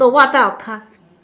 no what type of cars